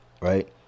right